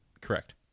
Correct